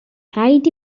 rhaid